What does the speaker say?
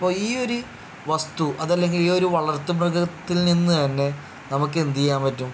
അപ്പം ഈ ഒരു വസ്തു അത് അല്ലെങ്കിൽ ഈ ഒരു വളർത്ത് മൃഗത്തിൽ നിന്ന് തന്നെ നമുക്ക് എന്ത് ചെയ്യാൻ പറ്റും